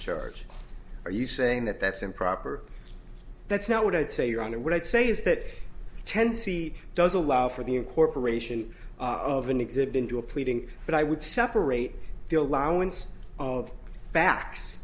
church are you saying that that's improper that's not what i'd say your honor what i'd say is that ten c does allow for the incorporation of an exhibit into a pleading but i would separate the allowance of facts